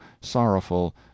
sorrowful